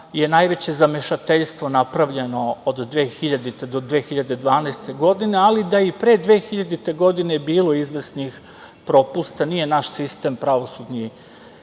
je najveće zamešateljstvo napravljeno od 2000. do 2012. godine, ali da je i pre 2000. godine bilo izvesnih propusta. Nije naš sistem pravosudni